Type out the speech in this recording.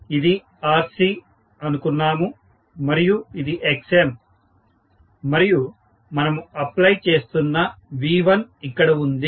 ఇది RC అనుకున్నాము ఇది Xm మరియు మనము అప్లై చేస్తున్న V1 ఇక్కడ ఉంది